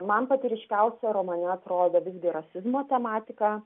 man pati ryškiausia romane atrodo visgi rasizmo tematika